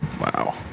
wow